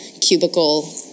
cubicle